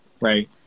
right